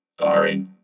Sorry